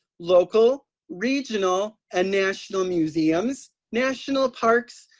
local, regional, and national museums, national parks,